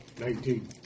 Nineteen